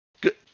good